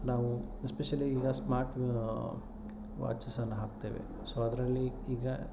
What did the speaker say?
ನಾವು ಎಸ್ಪೆಷಲಿ ಈಗ ಸ್ಮಾರ್ಟ್ ವಾಚಸನ್ನು ಹಾಕ್ತೇವೆ ಸೊ ಅದರಲ್ಲಿ ಈಗ